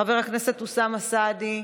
חבר הכנסת אוסאמה סעדי,